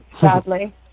sadly